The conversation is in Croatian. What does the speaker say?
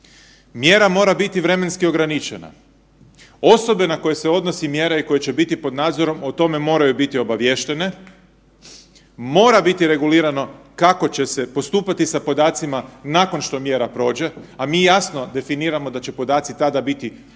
Mjera mora biti vremenski ograničena. Osobe na koje se odnosi mjera i koje će biti pod nadzorom o tome moraju biti obaviještene, mora biti regulirano kako će se postupati sa podacima nakon što mjera prođe, a mi jasno definiramo da će podaci tada biti